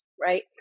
right